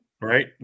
right